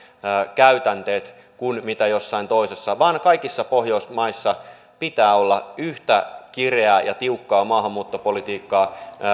käytänteet kuin jossain toisessa vaan kaikissa pohjoismaissa pitää olla yhtä kireää ja tiukkaa maahanmuuttopolitiikkaa